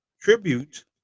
Tribute